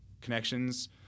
connections